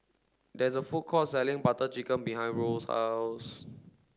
there is a food court selling Butter Chicken behind Roe's house